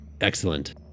Excellent